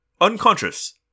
unconscious